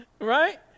right